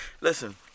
Listen